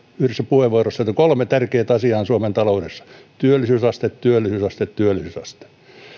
yhdessä puheenvuorossaan että kolme tärkeintä asiaa suomen taloudessa ovat työllisyysaste työllisyysaste työllisyysaste